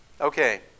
Okay